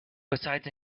besides